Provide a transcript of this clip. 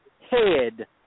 head